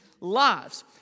lives